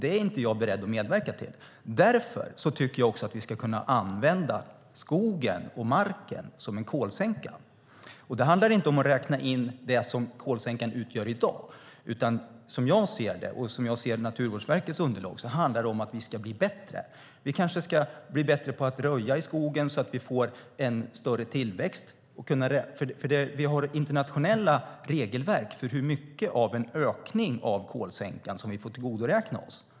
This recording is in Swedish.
Det är jag inte beredd att medverka till. Därför tycker jag att vi ska kunna använda skogen och marken som en kolsänka. Det handlar inte om att räkna in den kolsänka som finns i dag, utan som jag ser det handlar Naturvårdsverkets underlag om att vi ska bli bättre. Vi ska kanske bli bättre på att röja i skogen så att vi får en större tillväxt. Det finns internationella regelverk för hur mycket av en ökning av kolsänkan som vi får tillgodoräkna oss.